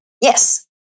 Yes